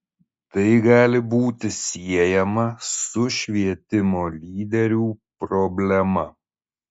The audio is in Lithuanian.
tai gali būti siejama su švietimo lyderių problema